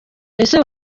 ese